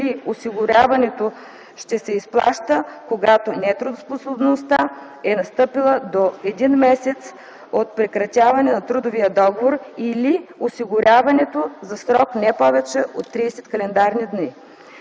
или осигуряването, ще се изплаща когато нетрудоспособността е настъпила до 1 месец от прекратяване на трудовия договор или осигуряването за срок не повече от 30 календарни дни;